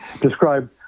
Describe